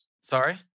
Sorry